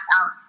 out